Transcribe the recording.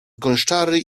gąszczary